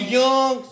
young